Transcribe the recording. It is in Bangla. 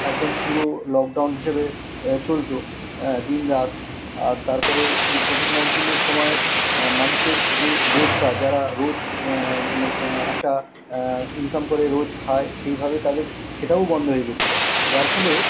একদম পুরো লকডাউন হিসেবে চলতো দিনরাত আর তারপরে এই কোভিড নাইন্টিনের সময় মানুষের যে রোজকার যারা রোজ একটা ইনকাম করে রোজ খায় সেইভাবে তাদের সেটাও বন্ধ হয়ে গেছিলো যার ফলে